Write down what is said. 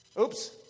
Oops